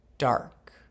dark